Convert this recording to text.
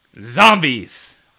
Zombies